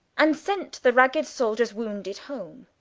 and sent the ragged souldiers wounded home.